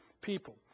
People